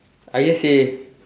I guess say